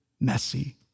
messy